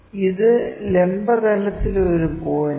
ഇത് ലംബ തലത്തിലെ ഒരു പോയിന്റാണ്